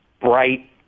bright